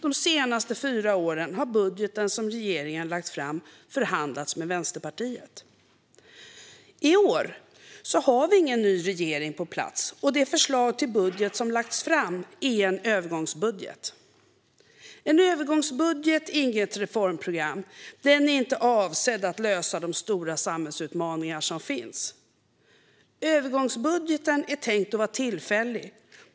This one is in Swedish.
De senaste fyra åren har den budget som regeringen lagt fram förhandlats med Vänsterpartiet. I år har vi ingen ny regering på plats. Det förslag till budget som lagts fram är en övergångsbudget. En övergångsbudget är inget reformprogram. Den är inte avsedd att lösa de stora samhällsutmaningar som finns. Övergångsbudgeten är tänkt att vara tillfällig.